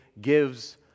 gives